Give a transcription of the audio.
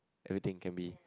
everything can be